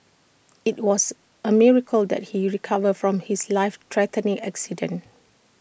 IT was A miracle that he recovered from his life threatening accident